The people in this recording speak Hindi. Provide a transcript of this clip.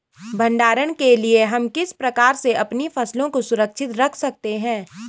भंडारण के लिए हम किस प्रकार से अपनी फसलों को सुरक्षित रख सकते हैं?